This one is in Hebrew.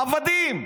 עבדים.